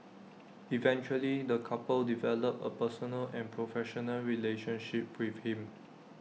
eventually the couple developed A personal and professional relationship with him